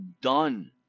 done